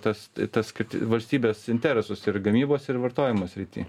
tas tas kad valstybės interesus ir gamybos ir vartojimo srity